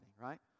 right